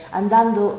andando